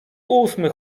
ósmy